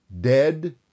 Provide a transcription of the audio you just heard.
dead